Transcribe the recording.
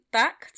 back